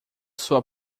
sua